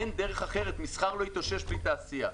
אין דרך אחרת, מסחר לא יתאושש בלי תעשייה.